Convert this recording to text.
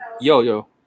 yo-yo